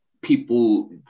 people